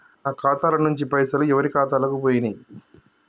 నా ఖాతా ల నుంచి పైసలు ఎవరు ఖాతాలకు పోయినయ్?